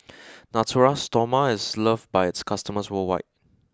Natura Stoma is loved by its customers worldwide